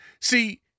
See